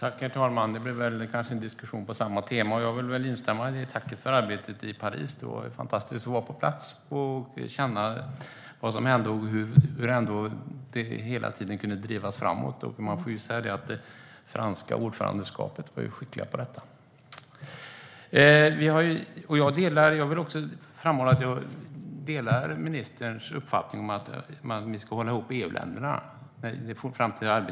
Herr talman! Detta blir kanske en diskussion på samma tema. Jag vill instämma i tacket för arbetet i Paris. Det var fantastiskt att vara på plats, känna vad som hände och hur det ändå hela tiden kunde drivas framåt. Det franska ordförandeskapet var skickligt på detta. Jag vill framhålla att jag delar ministerns uppfattning att vi ska hålla ihop EU-länderna i det framtida arbetet.